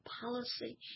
policy